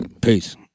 Peace